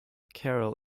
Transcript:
carol